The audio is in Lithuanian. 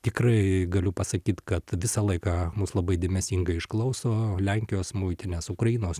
tikrai galiu pasakyt kad visą laiką mus labai dėmesingai išklauso lenkijos muitinės ukrainos